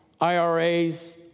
IRAs